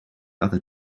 other